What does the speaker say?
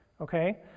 okay